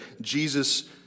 Jesus